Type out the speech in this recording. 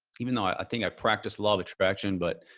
even though i think i practiced law of attraction, but,